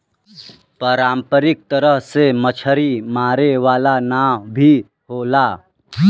पारंपरिक तरह से मछरी मारे वाला नाव भी होला